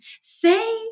Say